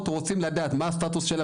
אמרתי שיש תקציב להעלאת ה-3000.